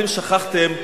אתם שכחתם,